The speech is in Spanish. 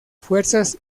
fuerzas